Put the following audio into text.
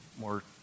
more